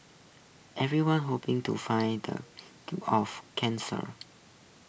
everyone's hoping to find the cure of cancer